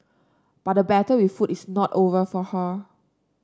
but the battle with food is not over for her